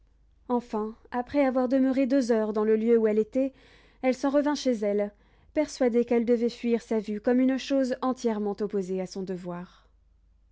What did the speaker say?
enfin après avoir demeuré deux heures dans le lieu où elle était elle s'en revint chez elle persuadée qu'elle devait fuir sa vue comme une chose entièrement opposée à son devoir